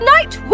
Night